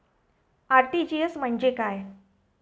RTGS म्हणजे काय?